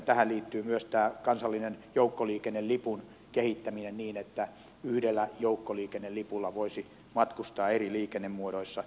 tähän liittyy myös tämä kansallinen joukkoliikennelipun kehittäminen niin että yhdellä joukkoliikennelipulla voisi matkustaa eri liikennemuodoissa